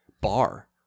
bar